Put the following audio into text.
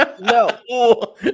No